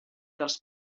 dels